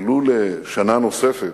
ולו לשנה נוספת,